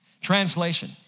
Translation